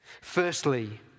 Firstly